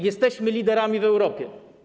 Jesteśmy liderami w Europie.